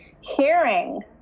hearing